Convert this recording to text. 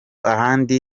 ahandi